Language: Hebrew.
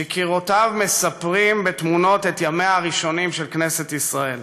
שקירותיו מספרים בתמונות את ימיה הראשונים של כנסת ישראל.